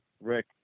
Rick